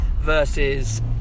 versus